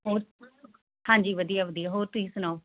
ਹੋਰ ਹਾਂਜੀ ਵਧੀਆ ਵਧੀਆ ਹੋਰ ਤੁਸੀਂ ਸੁਣਾਓ